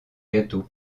gâteaux